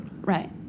right